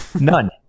None